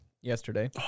yesterday